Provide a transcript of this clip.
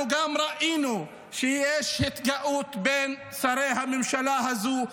אנחנו גם ראינו התגאות אצל שרי הממשלה הזו.